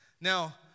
Now